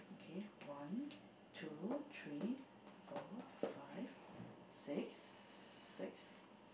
okay one two three four five six six